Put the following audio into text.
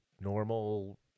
normal